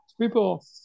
People